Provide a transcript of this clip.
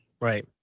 Right